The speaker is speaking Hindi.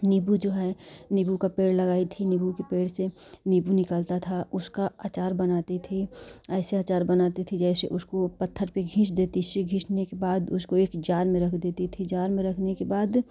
नींबू जो है नींबू का पेड़ लगाई थी नींबू के पेड़ से नींबू निकलता था उसका अचार बनाती थी ऐसे अचार बनाती थी जैसे उसको पत्थर पर घीस देती इससे घीसने के बाद उसको एक जार में रख देती थी जार में रखने के बाद